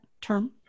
term